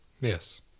Yes